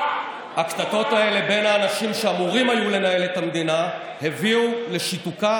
הקטטות האלה בין האנשים שאמורים היו לנהל את המדינה הביאו לשיתוקה,